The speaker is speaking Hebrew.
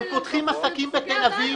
הם פותחים עסקים בתל אביב,